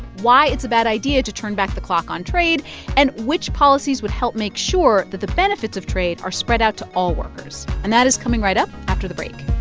why it's a bad idea to turn back the clock on trade and which policies would help make sure that the benefits of trade are spread out to all workers. and that is coming right up after the break